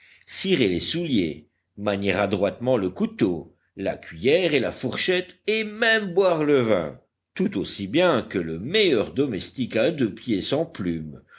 cirer les souliers manier adroitement le couteau la cuiller et la fourchette et même boire le vin tout aussi bien que le meilleur domestique à deux pieds sans plumes